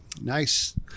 Nice